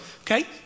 Okay